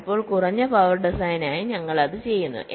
ചിലപ്പോൾ കുറഞ്ഞ പവർ ഡിസൈനിനായി ഞങ്ങൾ അത് ചെയ്യുന്നു